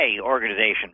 organization